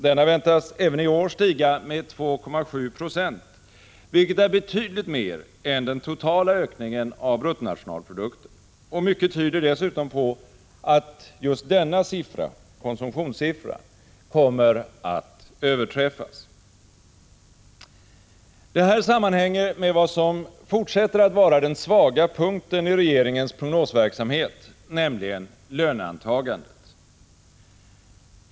Denna väntas även i år stiga med 2,7 Ze, vilket är betydligt mer än den totala ökningen av bruttonationalprodukten. Mycket tyder dessutom på att just konsumtionssiffran kommer att överträffas. Det sammanhänger med vad som fortsätter att vara den svaga punkten i regeringens prognosverksamhet, nämligen löneantagandet.